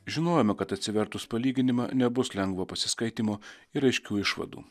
žinojome kad atsivertus palyginimą nebus lengvo pasiskaitymo ir aiškių išvadų